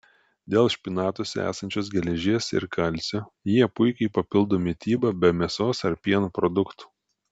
dėl špinatuose esančios geležies ir kalcio jie puikiai papildo mitybą be mėsos ar pieno produktų